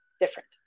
different